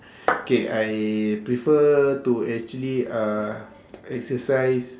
K I prefer to actually uh exercise